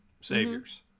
saviors